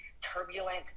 turbulent